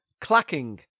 Clacking